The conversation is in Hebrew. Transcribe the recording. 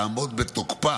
תעמוד בתוקפה.